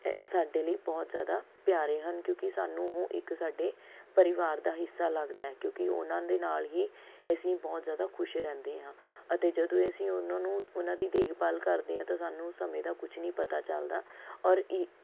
ਅ ਸਾਡੇ ਲਈ ਬਹੁਤ ਜ਼ਿਆਦਾ ਪਿਆਰੇ ਹਨ ਕਿਉਂਕਿ ਸਾਨੂੰ ਉਹ ਇੱਕ ਸਾਡੇ ਪਰਿਵਾਰ ਦਾ ਹਿੱਸਾ ਲੱਗਦਾ ਹੈ ਕਿਉਂਕਿ ਉਨ੍ਹਾਂ ਦੇ ਨਾਲ਼ ਹੀ ਅਸੀਂ ਬਹੁਤ ਜ਼ਿਆਦਾ ਖੁਸ਼ ਰਹਿੰਦੇ ਹਾਂ ਅਤੇ ਜਦੋਂ ਅਸੀਂ ਉਨ੍ਹਾਂ ਨੂੰ ਉਨ੍ਹਾਂ ਦੀ ਦੇਖਭਾਲ ਕਰਦੇ ਹਾਂ ਤਾਂ ਸਾਨੂੰ ਸਮੇਂ ਦਾ ਕੁਛ ਨਹੀਂ ਪਤਾ ਨਹੀਂ ਚੱਲਦਾ ਔਰ ਈ